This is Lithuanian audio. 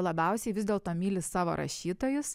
labiausiai vis dėlto myli savo rašytojus